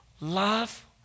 love